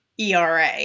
ERA